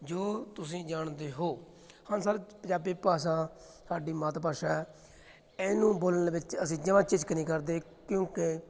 ਜੋ ਤੁਸੀਂ ਜਾਣਦੇ ਹੋ ਹਾਂ ਸਰ ਪੰਜਾਬੀ ਭਾਸ਼ਾ ਸਾਡੀ ਮਾਤ ਭਾਸ਼ਾ ਹੈ ਇਹਨੂੰ ਬੋਲਣ ਵਿੱਚ ਅਸੀਂ ਜਮਾਂ ਝਿਜਕ ਨਹੀਂ ਕਰਦੇ ਕਿਉਂਕਿ